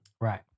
right